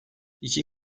i̇ki